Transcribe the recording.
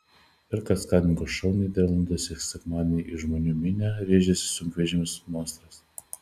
per kaskadininkų šou nyderlanduose sekmadienį į žmonų minią rėžėsi sunkvežimis monstras